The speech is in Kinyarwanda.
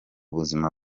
buzima